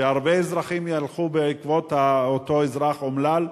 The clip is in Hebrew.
שהרבה אזרחים ילכו בעקבות אותו אזרח אומלל?